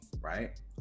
right